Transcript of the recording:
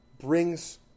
brings